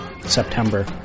september